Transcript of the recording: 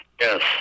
Yes